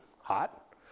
hot